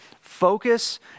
Focus